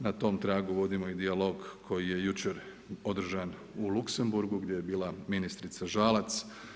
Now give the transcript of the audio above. Na tom tragu vodimo i dijalog koji je jučer održan u Luxembourgu gdje je bila ministrica Žalac.